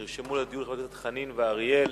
נרשמו לדיון חברי הכנסת חנין ואריאל.